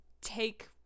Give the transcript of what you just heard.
take